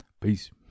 peace